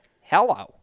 Hello